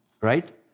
Right